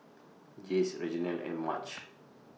Jase Reginald and Marge